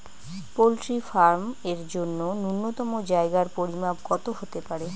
Poultry farm এর জন্য নূন্যতম জায়গার পরিমাপ কত হতে পারে?